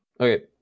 Okay